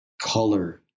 color